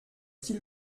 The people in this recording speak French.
qu’il